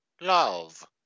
love